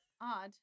odd